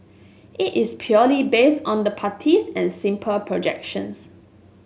it is purely based on the parties and simple projections